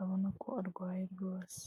ubona ko arwaye rwose.